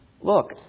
look